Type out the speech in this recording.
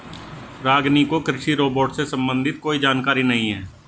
रागिनी को कृषि रोबोट से संबंधित कोई जानकारी नहीं है